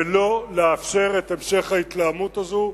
ולא לאפשר את המשך ההתלהמות הזאת.